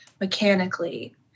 mechanically